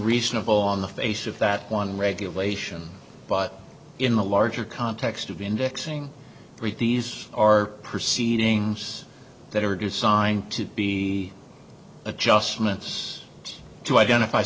reasonable on the face of that regulation but in the larger context of indexing these are proceeding that are designed to be adjustments to identify